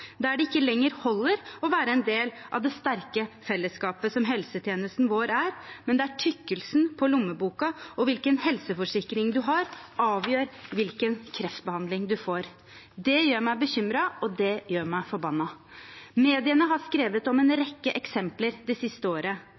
der det ikke lenger holder å være en del av det sterke fellesskapet som helsetjenesten vår er, men der tykkelsen på lommeboka og hvilken helseforsikring man har, avgjør hvilken kreftbehandling man får. Det gjør meg bekymret, og det gjør meg forbannet. Mediene har skrevet om en rekke eksempler det siste året.